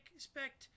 expect